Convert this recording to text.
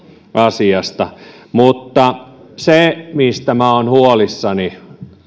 asiasta mutta se mistä olen huolissani